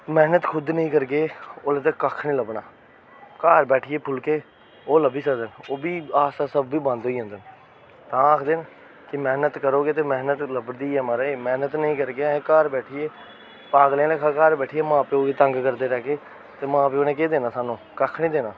मेह्नत खुद नी करगे उसले तक कक्ख नी लब्भना घर बैठियै फुलके ओह् लब्बी सकदे न ओह् बी आस्ता आस्ता ओह् बी बंद होई जंदे न आखदे न कि मेहनत करो गै ते मेह्नत लभदी ऐ महाराज मेह्नत नी करगे ते घर बैठियै पागलें आहलें लेखा घर बैठियै मां प्यो गी तंग करदे रैह्गे ते मां प्यो ने केह् देना सानू कक्ख नी देना